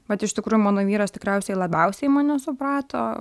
bet iš tikrųjų mano vyras tikriausiai labiausiai mane suprato